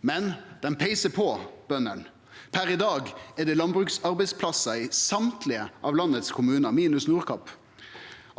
Men dei peiser på, bøndene. Per i dag er det landbruksarbeidsplassar i alle kommunane i landet, minus Nordkapp.